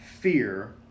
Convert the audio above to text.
fear